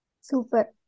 Super